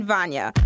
Vanya